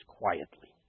quietly